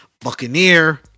Buccaneer